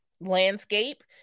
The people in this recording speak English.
landscape